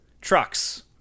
trucks